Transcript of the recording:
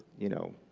you know,